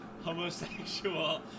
homosexual